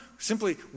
simply